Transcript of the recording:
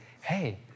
hey